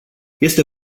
este